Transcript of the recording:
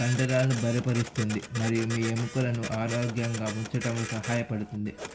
కండరాలను బలపరుస్తుంది మరియు మీ ఎముకలను ఆరోగ్యంగా ఉంచడంలో సహాయపడుతుంది